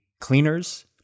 cleaners